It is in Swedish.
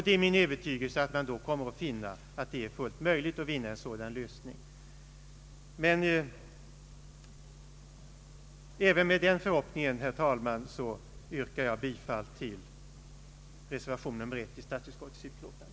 Det är min övertygelse att man då kommer att finna att det är fullt möjligt att nå en sådan lösning. Men även med den förhoppningen, herr talman, kommer jag att yrka bifall till reservation nr 1 vid statsutskottets utlåtande.